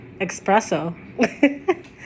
espresso